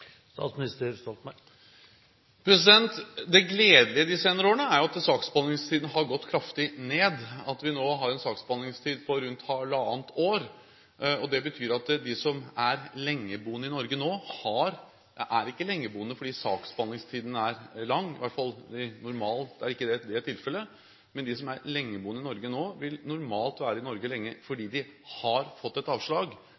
Det gledelige de senere årene er jo at saksbehandlingstiden har gått kraftig ned, at vi nå har en saksbehandlingstid på rundt halvannet år. Det betyr at de som er lengeboende i Norge nå, ikke er lengeboende fordi saksbehandlingstiden er lang – i hvert fall er det normalt ikke tilfellet. Men de som er lengeboende i Norge nå, vil normalt være i Norge lenge